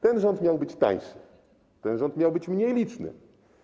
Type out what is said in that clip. Ten rząd miał być tańszy, ten rząd miał być mniej liczny.